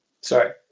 Sorry